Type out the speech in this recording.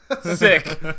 Sick